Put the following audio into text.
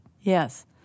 Yes